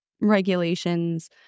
regulations